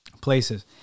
places